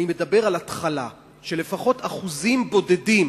אני מדבר על התחלה, שלפחות אחוזים בודדים